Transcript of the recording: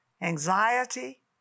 anxiety